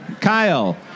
Kyle